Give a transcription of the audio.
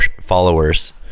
followers